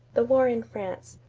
the war in france.